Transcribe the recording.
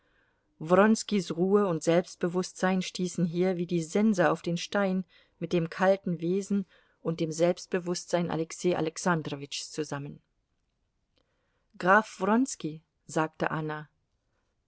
wronskis ruhe und selbstbewußtsein stießen hier wie die sense auf den stein mit dem kalten wesen und dem selbstbewußtsein alexei alexandrowitschs zusammen graf wronski sagte anna